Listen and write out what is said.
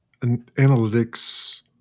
analytics